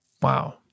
Wow